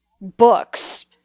books